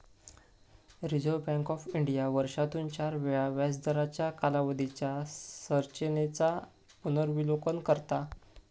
reserve Bank of India वर्षातून चार वेळा व्याजदरांच्या कालावधीच्या संरचेनेचा पुनर्विलोकन करता